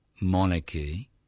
monarchy